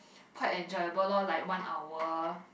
quite enjoyable lor like one hour